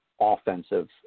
offensive